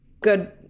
good